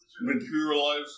materialize